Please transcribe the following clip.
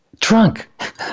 Drunk